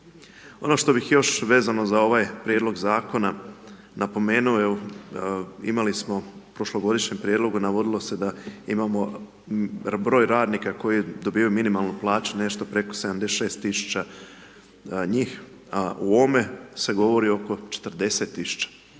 Ono što bih još vezano za ovaj prijedloga zakona napomenuo evo, imali smo u prošlogodišnjem prijedlogu, navodilo se da imamo broj radnika koji dobivaju minimalnu plaću nešto preko 76000 njih, a u ovome se govori oko 40000.